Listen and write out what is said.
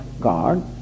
God